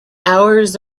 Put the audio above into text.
hours